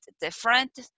different